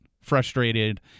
frustrated